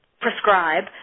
prescribe